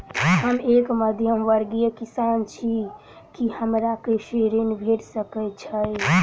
हम एक मध्यमवर्गीय किसान छी, की हमरा कृषि ऋण भेट सकय छई?